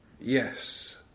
yes